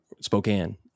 Spokane